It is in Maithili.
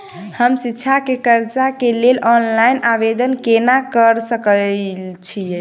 हम शिक्षा केँ कर्जा केँ लेल ऑनलाइन आवेदन केना करऽ सकल छीयै?